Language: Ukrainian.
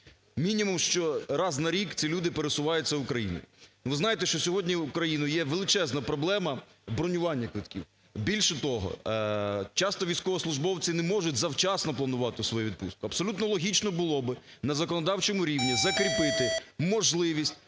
Мінімум що раз на рік ці люди пересуваються Україною. Ви знаєте, що сьогодні в країні є величезна проблема бронювання квитків. Більше того, часто військовослужбовці не можуть завчасно планувати свої відпустки. Абсолютно логічно було би на законодавчому рівні закріпити можливість